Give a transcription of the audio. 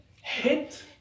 hit